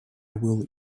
will